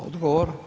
Odgovor?